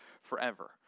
forever